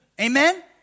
Amen